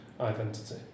identity